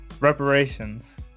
reparations